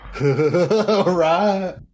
Right